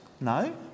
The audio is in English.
No